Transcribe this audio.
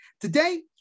Today